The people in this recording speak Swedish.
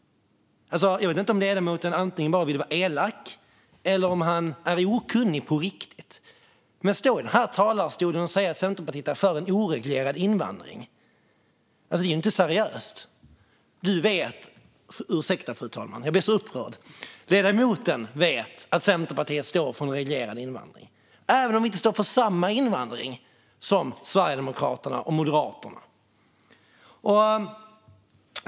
Jag vet inte om ledamoten bara ville vara elak eller om han är okunnig på riktigt. Men att stå här i talarstolen och säga att Centerpartiet är för en oreglerad invandring, det är inte seriöst. Du vet - ursäkta, fru talman, jag blir så upprörd - ledamoten vet att Centerpartiet står för en reglerad invandring, även om vi inte står för samma invandring som Sverigedemokraterna och Moderaterna.